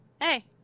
Hey